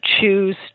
choose